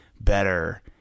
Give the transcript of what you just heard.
better